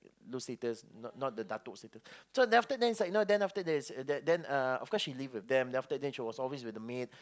no status not not the dato' status so after this right now then after that then uh of course she live with them then she was always with the maid